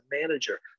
manager